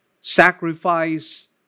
sacrifice